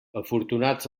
afortunats